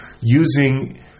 using